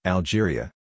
Algeria